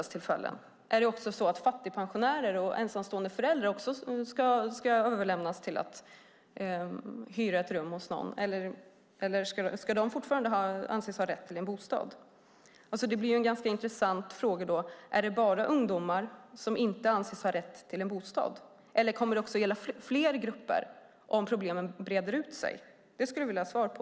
Ska fattigpensionärer och ensamstående föräldrar också överlämnas till att hyra ett rum hos någon? Ska de fortfarande anses ha rätt till bostad? Är det bara ungdomar som inte anses ha rätt till en bostad? Kommer det också att gälla fler grupper om problemen breder ut sig? Det vill jag ha svar på.